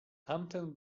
tamten